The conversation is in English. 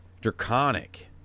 draconic